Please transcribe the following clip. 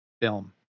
film